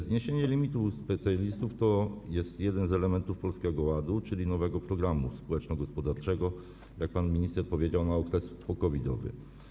Zniesienie limitu u specjalistów to jeden z elementów Polskiego Ładu, czyli nowego programu społeczno-gospodarczego, jak pan minister powiedział, na okres po-COVID-owy.